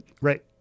right